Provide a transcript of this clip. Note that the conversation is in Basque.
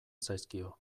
zaizkio